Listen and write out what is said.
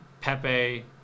Pepe